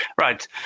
right